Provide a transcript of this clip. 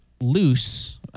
loose